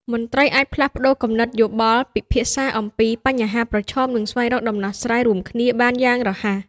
មន្ត្រីអាចផ្លាស់ប្តូរគំនិតយោបល់ ពិភាក្សាអំពីបញ្ហាប្រឈម និងស្វែងរកដំណោះស្រាយរួមគ្នាបានយ៉ាងរហ័ស។